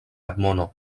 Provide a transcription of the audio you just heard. admono